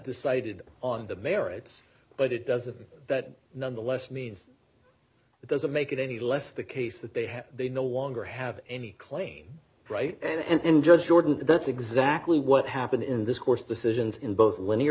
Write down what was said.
decided on the merits but it doesn't mean that nonetheless means it doesn't make it any less the case that they have they no longer have any claim right and then judge jordan that's exactly what happened in this course decisions in both linear